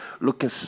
looking